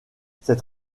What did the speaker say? cette